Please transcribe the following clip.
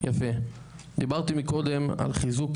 דיברתי מקודם על חיזוק